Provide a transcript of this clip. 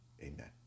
Amen